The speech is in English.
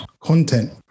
content